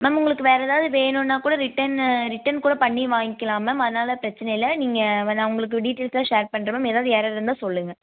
ma'am உங்களுக்கு வேறு எதாவது வேணும்ன்னா கூட ரிட்டர்ன் ரிட்டர்ன் கூட பண்ணி வாங்கிக்கலாம் மேம் அதனால் பிரச்சனை இல்லை நீங்கள் நான் உங்களுக்கு டீடெயில்ஸ் எல்லாம் ஷேர் பண்ணுறேன் மேம் எதாவது எரர் இருந்தா சொல்லுங்கள்